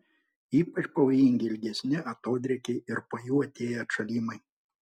ypač pavojingi ilgesni atodrėkiai ir po jų atėję atšalimai